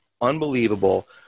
unbelievable